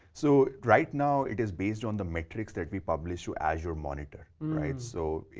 so, right now, it is based on the metrics that we publish to azure monitor, right? so,